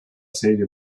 serie